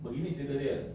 but you need to do that